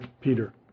Peter